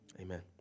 Amen